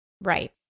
Right